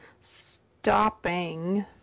stopping